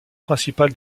principal